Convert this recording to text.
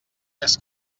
més